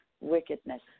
wickedness